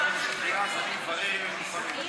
כמה זמן אתה רוצה לתת לה?